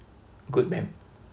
good ma'am